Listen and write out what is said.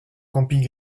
camping